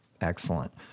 Excellent